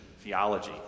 theology